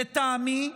לטעמי,